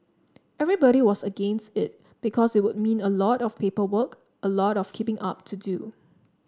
everybody was against it because it would mean a lot of paperwork a lot of keeping up to do